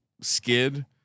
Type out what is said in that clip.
skid